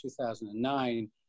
2009